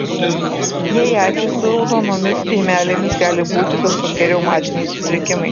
jei akys su raudonomis dėmelėmis gali būti kažkokie reumatiniai sutrikimai